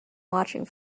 watching